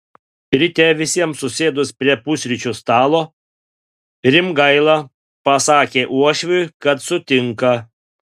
ryte visiems susėdus prie pusryčių stalo rimgaila pasakė uošviui kad sutinka